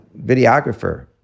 videographer